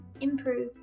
improve